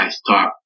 start